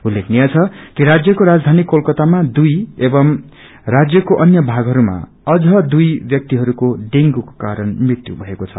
उल्लेखनीय छ कि राज्यक्रो राजधानी कोलकातामा दुई एवं राज्यको अन्य भागहरूमा अझ दुई व्याक्तिहरूको डेंगूको करण मृत्यु भएको छ